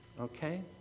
Okay